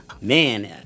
Man